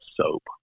soap